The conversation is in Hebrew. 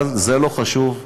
אבל זה לא חשוב.